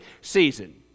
season